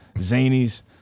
Zanies